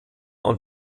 und